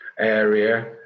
area